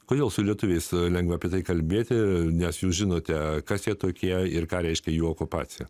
kodėl su lietuviais lengva apie tai kalbėti nes jūs žinote kas jie tokie ir ką reiškia jų okupacija